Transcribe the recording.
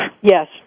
Yes